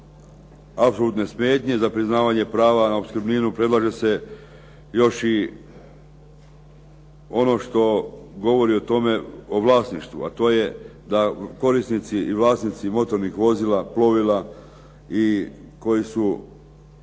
apsolutne smetnje za priznavanje prava na opskrbninu predlaže se još i ono što govori o vlasništvu, a to je da korisnici i vlasnici motornih vozila, plovila i koji su